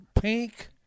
pink